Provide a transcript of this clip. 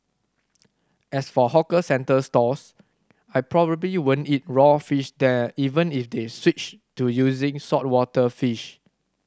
as for hawker centre stalls I probably won't eat raw fish there even if they switched to using saltwater fish